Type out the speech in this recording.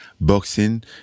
Boxing